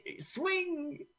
swing